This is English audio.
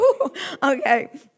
Okay